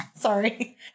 Sorry